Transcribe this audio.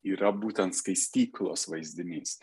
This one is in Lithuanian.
yra būtent skaistyklos vaizdinys